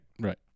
Right